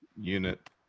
unit